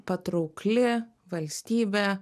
patraukli valstybė